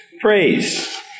Praise